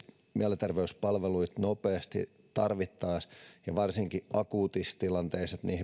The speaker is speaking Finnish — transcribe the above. mielenterveyspalveluita nopeasti tarvittaessa ja varsinkin akuuteissa tilanteissa niin